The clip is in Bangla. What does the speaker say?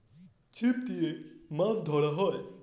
ছিপ দিয়ে মাছ ধরা হয়